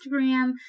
Instagram